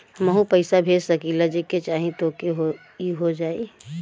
हमहू पैसा भेज सकीला जेके चाही तोके ई हो जाई?